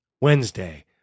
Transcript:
Wednesday